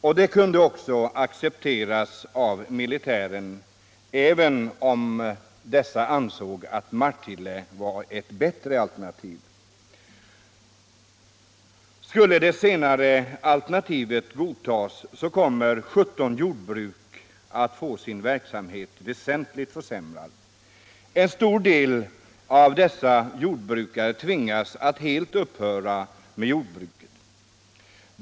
Detta kunde också militären acceptera, även om man ansåg att Martille var ett bättre alternativ. Om det senare alternativet godtas kommer 17 jordbruk att få sin verksamhet väsentligt försämrad. En stor del av de jordbrukarna tvingas då att helt upphöra med jorbruket.